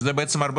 שים מינימום,